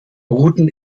routen